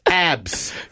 Abs